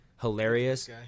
hilarious